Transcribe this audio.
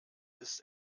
ist